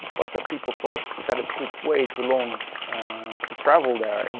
was that people thought that it took way too long to travel there. and